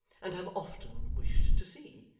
and have often wished to see.